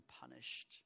punished